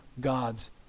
God's